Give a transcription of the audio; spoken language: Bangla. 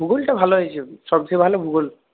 ভূগোলটা ভালো হয়েছে সবচেয়ে ভালো ভূগোল